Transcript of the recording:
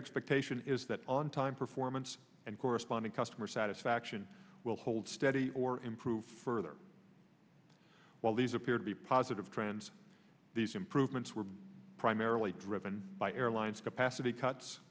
expectation is that on time performance and corresponding customer satisfaction will hold steady or improve further while these appear to be positive trends these improvements were primarily driven by airlines capacity cuts